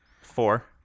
Four